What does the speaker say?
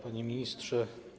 Panie Ministrze!